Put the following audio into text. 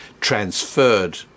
transferred